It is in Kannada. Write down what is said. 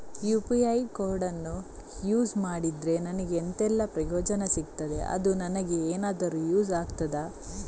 ಯು.ಪಿ.ಐ ಕೋಡನ್ನು ಯೂಸ್ ಮಾಡಿದ್ರೆ ನನಗೆ ಎಂಥೆಲ್ಲಾ ಪ್ರಯೋಜನ ಸಿಗ್ತದೆ, ಅದು ನನಗೆ ಎನಾದರೂ ಯೂಸ್ ಆಗ್ತದಾ?